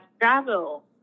travel